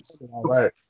right